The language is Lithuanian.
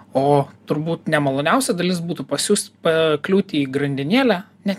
o turbūt nemaloniausia dalis būtų pas jus pakliūti į grandinėlę ne